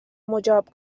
مجاب